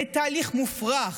זה תהליך מופרך.